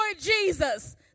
Jesus